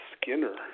Skinner